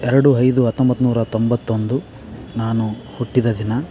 ಎರಡು ಐದು ಹತ್ತೊಂಬತ್ನೂರ ತೊಂಬತ್ತೊಂದು ನಾನು ಹುಟ್ಟಿದ ದಿನ